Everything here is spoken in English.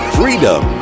freedom